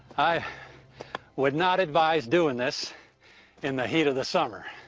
i would not advise doing this in the heat of the summer.